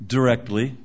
Directly